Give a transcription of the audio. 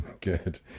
Good